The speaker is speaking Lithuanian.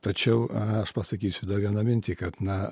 tačiau aš pasakysiu dar vieną mintį kad na